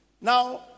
Now